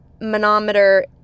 manometer